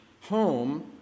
home